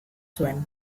zuen